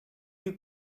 you